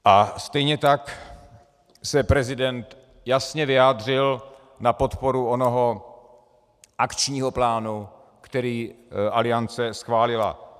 A stejně tak se prezident jasně vyjádřil na podporu onoho akčního plánu, který Aliance schválila.